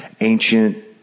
ancient